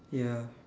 ya